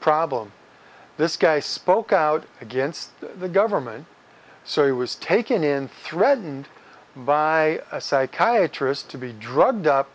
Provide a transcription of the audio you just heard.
problem this guy spoke out against the government so he was taken in threatened by a psychiatrist to be drugged up